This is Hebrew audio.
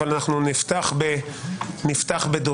אנחנו נפתח בדובר,